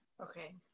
Okay